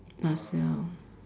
Lasalle